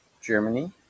Germany